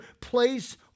place